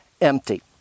empty